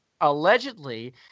Allegedly